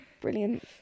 Brilliant